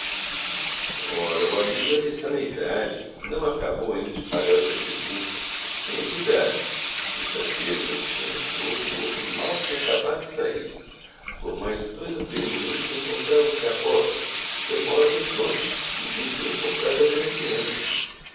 ora o amigo ainda está na idade não acabou ainda de pagar o seu tributo mas tenha cuidado sexta-feira passada quando o senhor entrou o outro mal tinha acabado de sair por mais dois ou três minutos encontravam-se à porta eu moro defronte e vi tudo por trás da veneziana